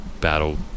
battle